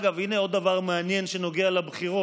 אגב, הינה, עוד דבר מעניין שנוגע לבחירות.